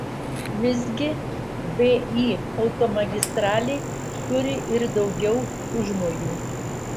visgi vį automagistralė turi ir daugiau užmojų